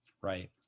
Right